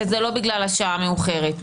וזה לא בגלל השעה המאוחרת,